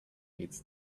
reads